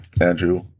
Andrew